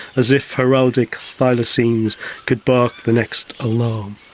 as if heraldic thylacines could bark the next alarm.